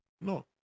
no